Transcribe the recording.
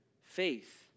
faith